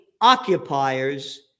occupiers